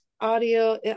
audio